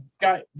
guy